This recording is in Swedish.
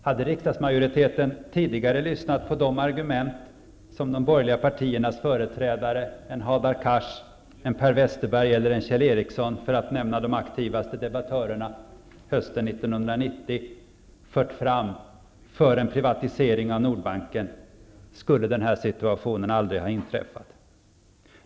Hade riksdagsmajoriteten tidigare lyssnat på de argument som de borgerliga partiernas företrädare -- en Hadar Cars, en Per Westerberg eller en Kjell Ericsson, för att nämna de aktivaste debattörerna hösten 1990 -- fört fram för en privatisering av Nordbanken, skulle den här situationen aldrig ha inträffat.